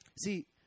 See